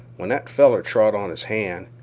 when that feller trod on his hand,